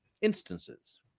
instances